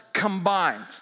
Combined